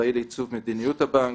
אחראי לייצוב מדיניות הבנק,